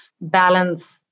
balance